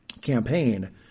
campaign